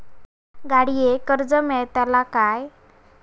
गाडयेक कर्ज मेलतला काय?